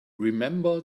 remember